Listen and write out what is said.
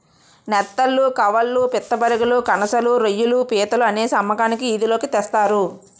నెత్తళ్లు కవాళ్ళు పిత్తపరిగెలు కనసలు రోయ్యిలు పీతలు అనేసి అమ్మకానికి ఈది లోకి తెస్తారు